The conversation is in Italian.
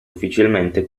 ufficialmente